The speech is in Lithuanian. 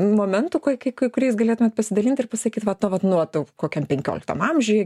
momentų kai kuriais galėtumėt pasidalint ir pasakyti va ta vat nuo to kokiam penkioliktam amžiuj